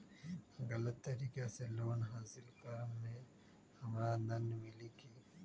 गलत तरीका से लोन हासिल कर्म मे हमरा दंड मिली कि?